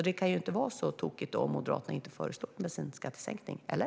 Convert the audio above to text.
Det kan inte vara så tokigt om Moderaterna inte föreslår en bensinskattesänkning, eller?